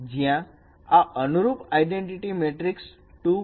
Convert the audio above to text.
જ્યાં આ અનુરૂપ આઇડેન્ટિટી મેટ્રિક્સ 2 x 2 છે